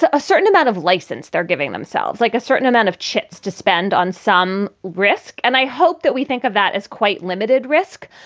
ah a certain amount of license they're giving themselves, like a certain amount of chips to spend on some risk. and i hope that we think of that as quite limited risk.